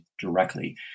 directly